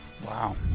Wow